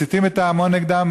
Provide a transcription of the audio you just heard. מסיתים את ההמון נגדם,